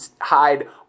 hide